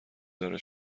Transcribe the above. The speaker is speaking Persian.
داره